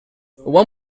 one